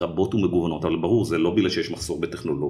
רבות ומגוונות על ברור זה לא בלי שיש מחסור בטכנולוגיה